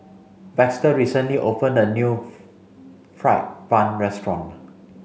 Baxter recently opened a new fried bun restaurant